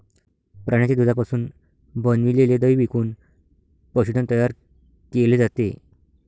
प्राण्यांच्या दुधापासून बनविलेले दही विकून पशुधन तयार केले जाते